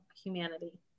humanity